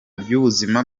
by’ubuzima